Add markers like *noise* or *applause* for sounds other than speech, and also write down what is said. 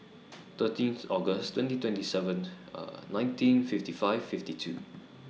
thirteenth August twenty twenty seven *hesitation* nineteen fifty five fifty two